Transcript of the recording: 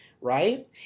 right